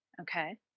Okay